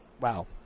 Wow